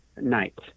night